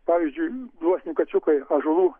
pavyzdžiui gluosnių kačiukai ąžuolų